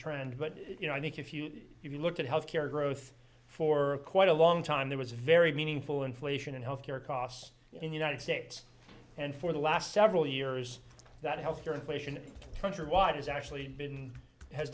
trend but you know i think if you if you look at health care growth for quite a long time there was very meaningful inflation in health care costs in the united states and for the last several years that health care inflation trencher wide has actually been has